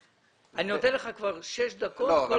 אני נותן לך כבר שש דקות, כל פעם דקה.